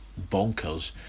bonkers